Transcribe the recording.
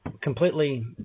Completely